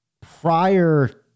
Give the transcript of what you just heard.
prior